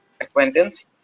acquaintance